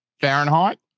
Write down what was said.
Fahrenheit